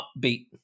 upbeat